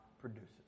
produces